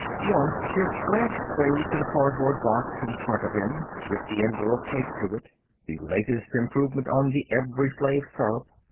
once his glance strayed to the cardboard box in front of him, with the envelope taped to it the latest improvement on the evri-flave syrup,